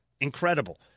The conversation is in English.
Incredible